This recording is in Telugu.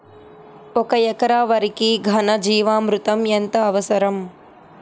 ఒక ఎకరా వరికి ఘన జీవామృతం ఎంత అవసరం?